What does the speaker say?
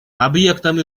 объектом